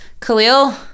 Khalil